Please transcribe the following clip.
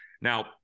Now